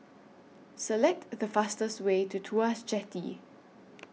Select The fastest Way to Tuas Jetty